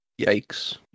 Yikes